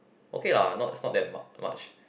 okay lah not it's not that much